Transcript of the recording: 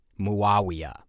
Muawiyah